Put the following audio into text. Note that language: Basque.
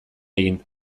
egin